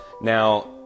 Now